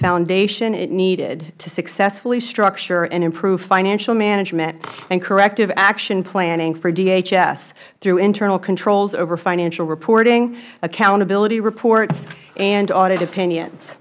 foundation it needed to successfully structure and improve financial management and corrective action planning for dhs through internal controls over financial reporting accountability reports and audit opinions